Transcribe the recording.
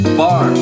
bar